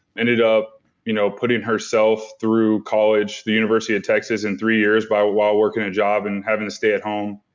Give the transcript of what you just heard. ended up you know putting herself through college, the university of texas in three years while working a job and having to stay at home.